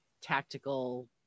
tactical